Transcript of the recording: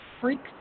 freak's